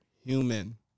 human